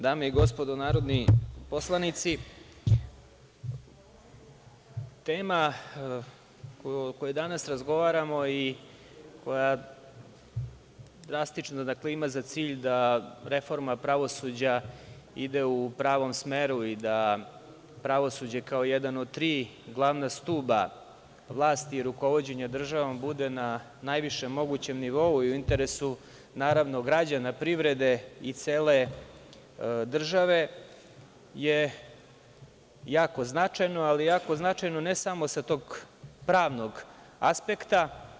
Dame i gospodo narodni poslanici, tema o kojoj danas razgovaramo i koja drastično ima za cilj da reforma pravosuđa ide u pravom smeru i da pravosuđe kao jedan od tri glavna stuba vlasti i rukovođenja državom bude na najvišem mogućem nivou u interesu, naravno, građana, privrede i cele države, je jako značajno, ali jako značajno ne samo sa tog pravnog aspekta.